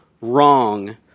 wrong